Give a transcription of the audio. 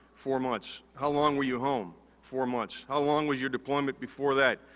four months. how long were you home? four months. how long was your deployment before that?